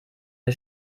der